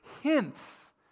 hints